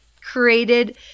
created